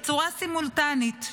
בצורה סימולטנית.